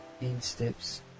insteps